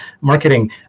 marketing